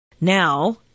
Now